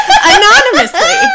Anonymously